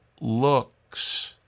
looks